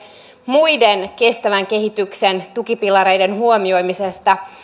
muiden kestävän kehityksen tukipilareiden huomioimisesta